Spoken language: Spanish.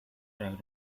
tras